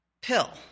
pill